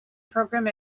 program